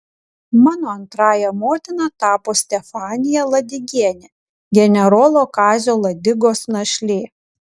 mano antrąja motina tapo stefanija ladigienė generolo kazio ladigos našlė